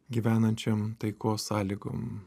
gyvenančiam taikos sąlygom